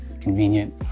convenient